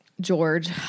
George